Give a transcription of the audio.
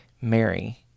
Mary